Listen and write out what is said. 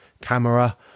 camera